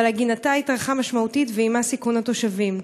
אבל עגינתה התארכה משמעותית ועמה סיכון התושבים.